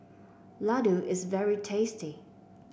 Laddu is very tasty